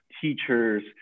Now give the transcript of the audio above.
teachers